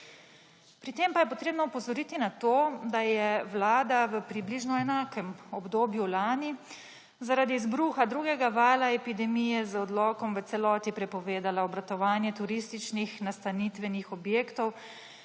Pri tem pa je treba opozoriti na to, da je vlada v približno enakem obdobju lani zaradi izbruha drugega vala epidemije z odlokom v celoti prepovedala obratovanje turističnih nastanitvenih objektov,